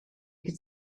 could